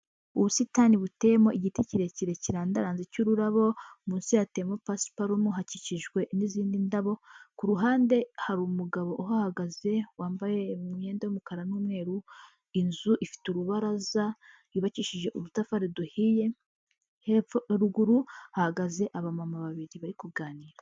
Ubusitani buteyemo igiti kirekire kirandaranze cy'ururabo, munsi hateye pasiparumu, hakikijwe n'izindi ndabo, ku ruhande hari umugabo uhagaze wambaye imyenda y'umukara n'umweru, inzu ifite urubaraza, yubakishije udutafari duhiye hepfo, haruguru hahagaze abamama babiri bari kuganira.